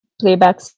playback